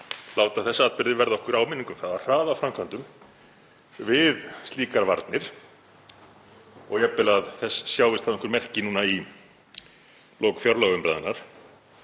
láta þessa atburði verða okkur áminningu um að hraða framkvæmdum við slíkar varnir og jafnvel að þess sjáist þá einhver merki núna í lok fjárlagaumræðunnar